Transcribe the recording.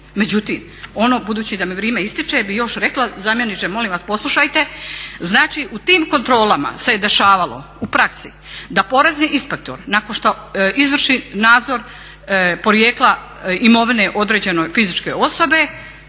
Međutim, ono, budući da mi vrijeme ističe, bi još rekla zamjeniče molim vas poslušajte, znači u tim kontrolama se je dešavalo u praksi da porezni inspektor nakon što izvrši nadzor porijekla imovine određene osobe